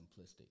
simplistic